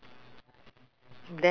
chong pang only I know